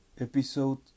Episode